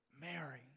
Mary